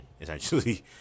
essentially